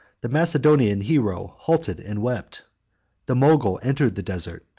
the macedonian hero halted and wept the mogul entered the desert,